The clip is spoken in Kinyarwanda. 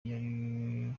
yari